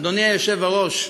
אדוני היושב-ראש,